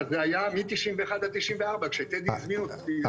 זה היה מ-1991 עד 1994 כשטדי הזמין אותי.